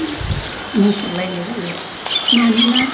बुंफोरलायनाय जायो मानोना